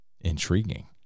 Intriguing